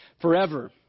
forever